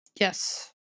Yes